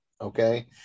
okay